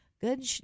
good